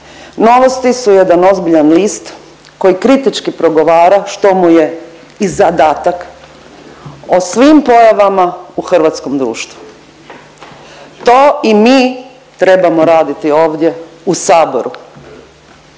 Novosti su jedan ozbiljan list koji kritički progovara što mu je i zadatak o svim pojavama u hrvatskom društvu. To i mi trebamo raditi ovdje u saboru